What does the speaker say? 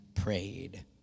prayed